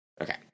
Okay